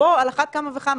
פה על אחת כמה וכמה.